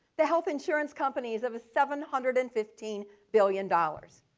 the health insurance companies of seven hundred and fifteen billion dollars.